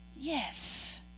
Yes